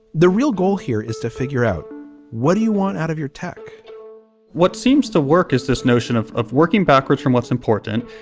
the real goal here is to figure out what do you want out of your tech what seems to work is this notion of of working backwards from what's important.